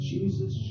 Jesus